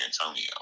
Antonio